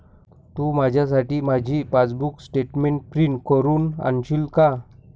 तू माझ्यासाठी माझी passbook statement print करून आणशील का?